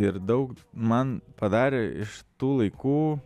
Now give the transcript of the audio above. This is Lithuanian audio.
ir daug man padarė iš tų laikų